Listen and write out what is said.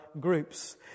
groups